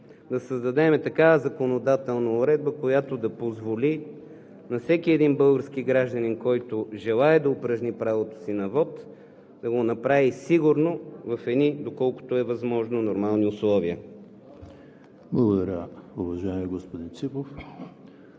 да създадем такава законодателна уредба, която да позволи на всеки един български гражданин, който желае да упражни правото си на вот, да го направи сигурно, в едни, доколкото е възможно, нормални условия. ПРЕДСЕДАТЕЛ ЕМИЛ ХРИСТОВ: Благодаря, уважаеми господин Ципов.